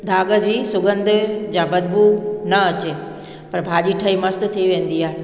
दाॻ जी सुगंध जां बदबू न अचे पर भाॼी ठही मस्तु थी वेंदी आहे